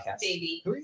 Baby